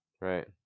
Right